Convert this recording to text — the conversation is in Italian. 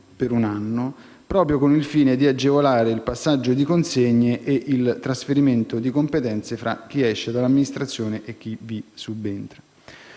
per un anno, proprio con il fine di agevolare il passaggio di consegne e il trasferimento di competenze fra chi esce dall'amministrazione e chi vi subentra.